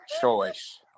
Choice